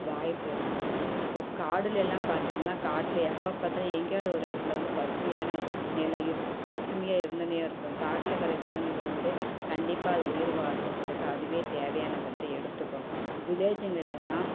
வாய்ப்புருக்குது இப்போது காடில் எல்லாம் பார்த்திங்கன்னா காட்டில் எப்போப்பாத்தாலும் எங்கேயாவது ஒரு இடத்துல வந்து பசுமையான நிலை பசுமையாக இருந்துனே இருக்கும் காட்டுலருக்க விலங்குகள் வந்து கண்டிப்பாக அது உயிர் வாழ்றதுக்கு அதுவே தேவையானதை எடுத்துக்கும் வில்லேஜூகளெல்லாம்